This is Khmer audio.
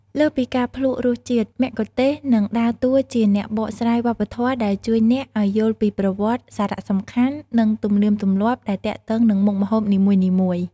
លើសពីការភ្លក្សរសជាតិ មគ្គុទ្ទេសក៍នឹងដើរតួជាអ្នកបកស្រាយវប្បធម៌ ដែលជួយអ្នកឱ្យយល់ពីប្រវត្តិ សារៈសំខាន់ និងទំនៀមទម្លាប់ដែលទាក់ទងនឹងមុខម្ហូបនីមួយៗ។